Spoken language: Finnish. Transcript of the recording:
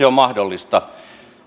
on mahdollista